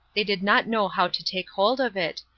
they did not know how to take hold of it,